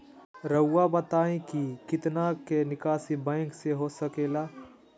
रहुआ बताइं कि कितना के निकासी बैंक से हो सके ला?